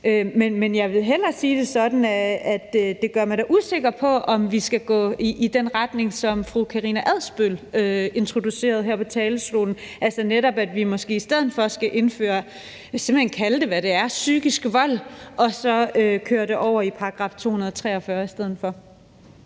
Men jeg vil hellere sige det sådan, at det gør mig da usikker, i forhold til om vi skal gå i den retning, som fru Karina Adsbøl introducerede her på talerstolen, altså at vi måske netop i stedet for skal kalde det, hvad det er, nemlig psykisk vold, og så køre det over i § 243 i stedet for.